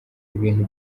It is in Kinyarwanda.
ibintu